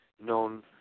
known